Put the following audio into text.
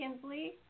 Kinsley